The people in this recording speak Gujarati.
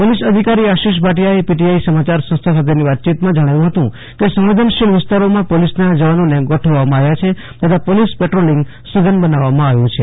પોલીસ અધિકારી આશિષ ભાટિયાએ પીટીઆઈ સમાચાર સંસ્થા સાથેની વાતચીતમાં જણાવ્યું હતું કે સંવેદનશીલ વિસ્તારોમાં પોલીસના જવાનોને ગોઠવવામાં આવ્યા છે તથા પોલીસ પેટ્રોલિંગ સઘન બનાવવામાં આવ્યું છે